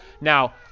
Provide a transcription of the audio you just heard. Now